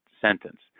sentence